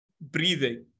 breathing